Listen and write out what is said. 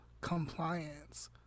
compliance